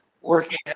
working